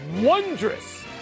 wondrous